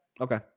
Okay